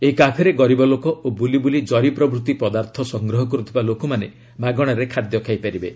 ଏହି କାଫେରେ ଗରିବ ଲୋକ ଓ ବୁଲି ବୁଲି ଜରି ପ୍ରଭୃତି ପଦାର୍ଥ ସଂଗ୍ରହ କରୁଥିବା ଲୋକମାନେ ମାଗଶାରେ ଖାଦ୍ୟ ଖାଇପାରିବେ